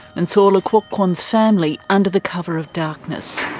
and saw le quoc quan's family under the cover of darkness.